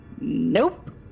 Nope